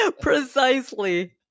Precisely